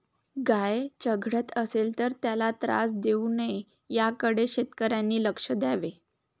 गाय चघळत असेल तर त्याला त्रास देऊ नये याकडे शेतकऱ्यांनी लक्ष द्यावे